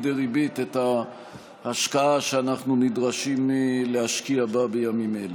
דריבית את ההשקעה שאנחנו נדרשים להשקיע בה בימים אלה.